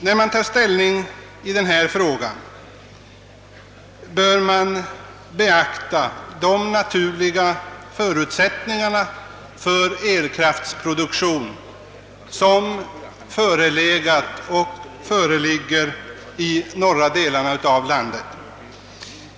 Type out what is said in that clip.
När man tar ställning till denna fråga bör man beakta de naturliga förutsättningar för elkraftsproduktion som föreligger i de norra delarna av landet.